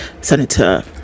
Senator